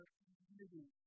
community